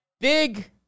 Big